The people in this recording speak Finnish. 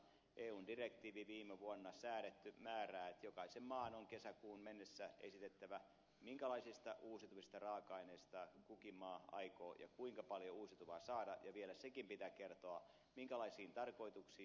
eun viime vuonna säädetty direktiivi määrää että jokaisen maan on kesäkuuhun mennessä esitettävä minkälaisista uusiutuvista raaka aineista kukin maa aikoo ja kuinka paljon uusiutuvaa saada ja vielä sekin pitää kertoa minkälaisiin tarkoituksiin